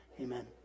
amen